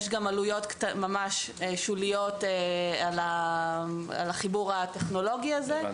יש גם עלויות - ממש שוליות - על החיבור הטכנולוגי הזה.